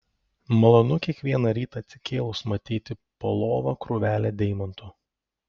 malonu kiekvieną rytą atsikėlus matyti po lova krūvelę deimantų